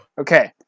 okay